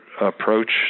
approach